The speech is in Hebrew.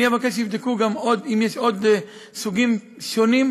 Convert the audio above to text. אני אבקש שיבדקו גם אם יש עוד סוגים שונים,